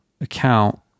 account